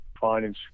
finding